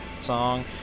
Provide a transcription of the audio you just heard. song